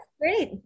great